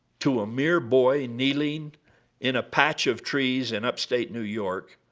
to a mere boy kneeling in a patch of trees in upstate new york,